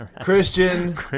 Christian